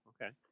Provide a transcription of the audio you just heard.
Okay